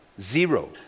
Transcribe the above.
zero